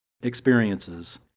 experiences